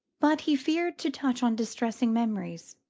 but he feared to touch on distressing memories,